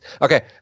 Okay